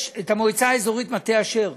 המועצה האזורית מטה אשר,